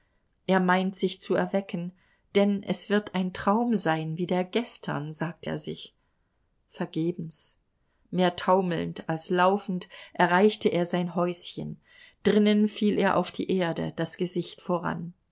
er meint sich zu erwecken denn es wird ein traum sein wie der gestern sagt er sich vergebens mehr taumelnd als laufend erreichte er sein häuschen drinnen fiel er auf die erde das gesicht voran